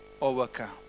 overcome